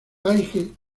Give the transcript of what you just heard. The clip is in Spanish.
paige